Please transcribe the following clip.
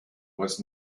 was